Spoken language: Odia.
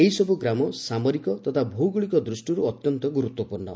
ଏହିସବୁ ଗ୍ରାମ ସାମରିକ ତଥା ଭୌଗୋଳିକ ଦୃଷ୍ଟିରୁ ଅତ୍ୟନ୍ତ ଗୁରୁତ୍ୱପୂର୍ଣ୍ଣ